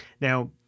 Now